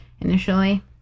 initially